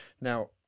Now